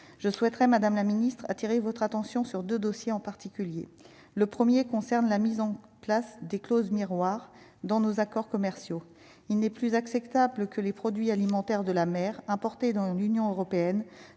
je souhaiterais, Madame la Ministre, attirer votre attention sur 2 dossiers, en particulier le 1er concerne la mise en place des clauses miroir dans nos accords commerciaux, il n'est plus acceptable que les produits alimentaires de la mer importés dans l'Union européenne